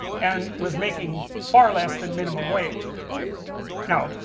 and was making far less than minimum wage now,